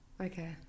okay